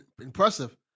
impressive